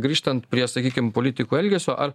grįžtant prie sakykim politikų elgesio ar